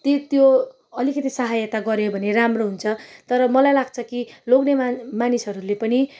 ते त्यो अलिकति सहायता गऱ्यो भने राम्रो हुन्छ तर मलाई लाग्छ कि लोग्ने मान् मानिसहरूले पनि